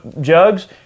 jugs